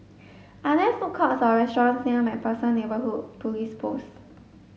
are there food courts or restaurants near MacPherson Neighbourhood Police Post